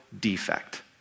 defect